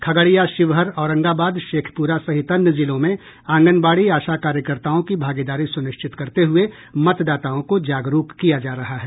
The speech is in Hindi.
खगड़िया शिवहर औरंगाबाद शेखपुरा सहित अन्य जिलों में आंगनबाड़ी आशाकार्यकर्ताओं की भागीदारी सुनिश्चित करते हुए मतदाताओं को जागरूक किया जा रहा है